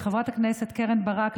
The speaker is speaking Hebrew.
לחברת הכנסת קרן ברק,